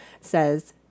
says